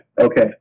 Okay